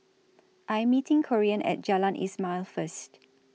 I'm meeting Corean At Jalan Ismail First